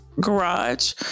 garage